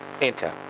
enter